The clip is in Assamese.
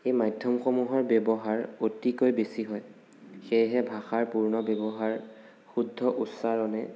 এই মাধ্য়মসমূহৰ ব্য়ৱহাৰ অতিকৈ বেছি হয় সেয়েহে ভাষাৰ পূৰ্ণ ব্য়ৱহাৰ শুদ্ধ উচ্চাৰণে